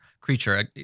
creature